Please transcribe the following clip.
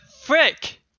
frick